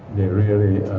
they really